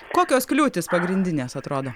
kokios kliūtys pagrindinės atrodo